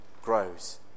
grows